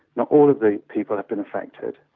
not all of the people have been affected,